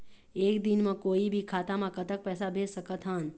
एक दिन म कोई भी खाता मा कतक पैसा भेज सकत हन?